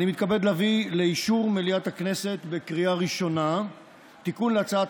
אני מתכבד להביא לאישור מליאת הכנסת בקריאה ראשונה תיקון להצעת